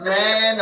Man